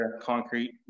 concrete